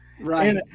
right